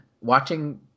watching